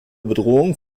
bedrohung